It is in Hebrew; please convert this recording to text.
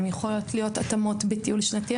הן יכולות להיות התאמות בטיול שנתי,